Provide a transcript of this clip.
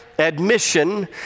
admission